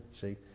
See